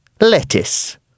lettuce